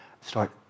start